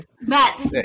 Matt